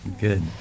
Good